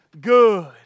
good